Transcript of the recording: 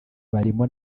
barimo